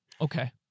Okay